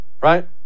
right